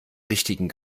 richtigen